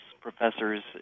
professors